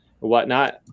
whatnot